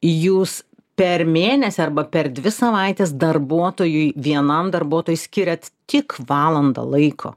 jūs per mėnesį arba per dvi savaites darbuotojui vienam darbuotojui skiriat tik valandą laiko